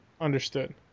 understood